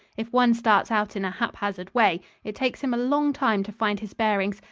if one starts out in a haphazard way, it takes him a long time to find his bearings,